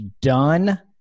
done